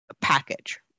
package